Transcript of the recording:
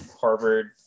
Harvard